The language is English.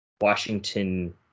Washington